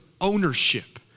ownership